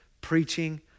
Preaching